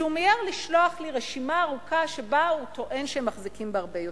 שהוא מיהר לשלוח לי רשימה ארוכה שבה הוא טוען שהם מחזיקים בהרבה יותר.